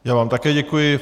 Já vám také děkuji.